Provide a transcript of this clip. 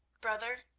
brother,